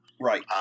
Right